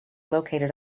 located